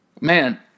Man